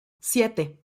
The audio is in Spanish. siete